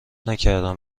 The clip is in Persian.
نکردم